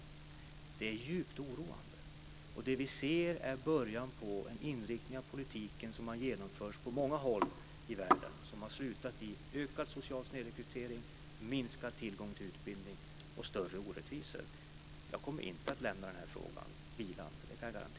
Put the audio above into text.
Detta är djupt oroande. Det vi ser är början på en inriktning av politiken som har genomförts på många håll i världen och som har slutat i ökad social snedrekrytering, minskad tillgång till utbildning och större orättvisor. Jag kommer inte att lämna denna fråga vilande - det kan jag garantera.